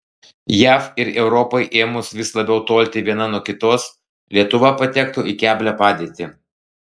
jav ir europai ėmus vis labiau tolti viena nuo kitos lietuva patektų į keblią padėtį